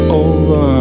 over